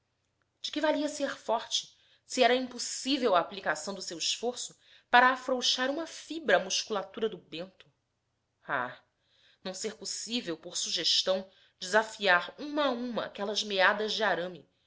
de que valia ser forte se era impossível a aplicação do seu esforço para afrouxar uma fibra à musculatura do bento ah não ser possível por sugestão desfiar uma a uma aquelas meadas de arame